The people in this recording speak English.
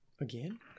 Again